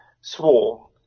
swore